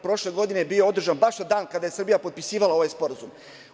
Prošle godine je bio održan baš na dan kada je Srbija potpisivala ovaj Sporazum.